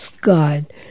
God